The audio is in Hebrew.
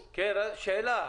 הזאת.